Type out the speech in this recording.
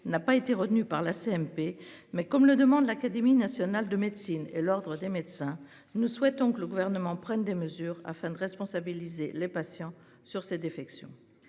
n'a pas été retenue par la CMP mais comme le demande l'Académie nationale de médecine et l'Ordre des médecins. Nous souhaitons que le gouvernement prenne des mesures afin de responsabiliser les patients sur cette défection.